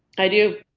i do.